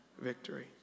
victory